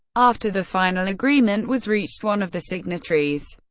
after the final agreement was reached, one of the signatories,